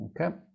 Okay